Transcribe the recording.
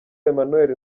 emmanuel